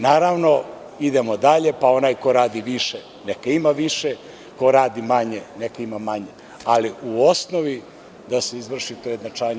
Naravno, idemo dalje, pa onaj ko radi više, neka ima više, ko radi manje, neka ima manje, ali u osnovi da se izvrši to ujednačavanje.